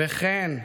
וכן,